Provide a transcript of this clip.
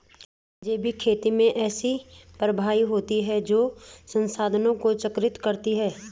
जैविक खेती में ऐसी प्रथाएँ होती हैं जो संसाधनों को चक्रित करती हैं